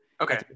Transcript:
Okay